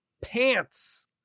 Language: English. pants